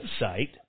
website